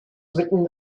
written